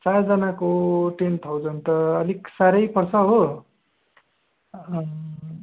चारजनाको ten thousand त अलिक साह्रै पर्छ हो